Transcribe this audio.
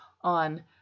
on